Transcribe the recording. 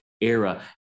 era